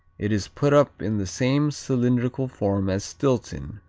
it is put up in the same cylindrical form as stilton,